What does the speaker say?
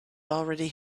already